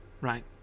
right